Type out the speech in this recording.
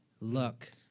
look